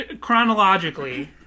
chronologically